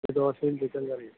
ഒരു ദോശയും ചിക്കൻ കറിയും